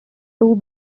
two